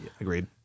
Agreed